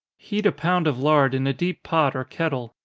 heat a pound of lard in a deep pot or kettle,